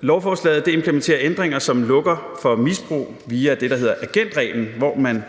Lovforslaget implementerer ændringer, som lukker for misbrug via det, der